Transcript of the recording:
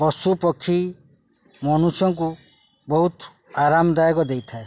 ପଶୁପକ୍ଷୀ ମନୁଷ୍ୟଙ୍କୁ ବହୁତ ଆରାମଦାୟକ ଦେଇଥାଏ